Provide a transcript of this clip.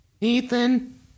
Ethan